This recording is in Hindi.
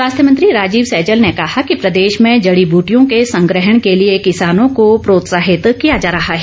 स्वास्थ्य मंत्री राजीव सैजल ने कहा कि प्रदेश में जड़ी बूटियों के संग्रहण के लिए किसानों को प्रोत्साहित किया जा रहा है